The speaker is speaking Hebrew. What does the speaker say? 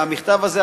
והמכתב הזה,